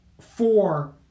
four